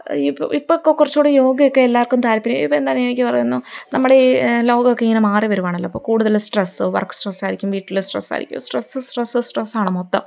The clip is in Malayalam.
ഇപ്പോള് ഇപ്പോഴൊക്കെ കുറച്ചുകൂടെ യോഗയൊക്കെ എല്ലാവർക്കും താല്പര്യമാണ് ഇപ്പോള് എന്താ എനിക്ക് പറയുന്നു നമ്മുടെ ഈ ലോകമൊക്കെ ഇങ്ങനെ മാറി വരുവാണല്ലോയിപ്പോള് കൂടുതല് സ്ട്രെസോ വർക്ക് സ്ട്രെസ്സായിരിക്കും വീട്ടില് സ്ട്രെസ്സായിരിക്കും സ്ട്രെസ് സ്ട്രെസ് സ്ട്രെസ്സാണ് മൊത്തം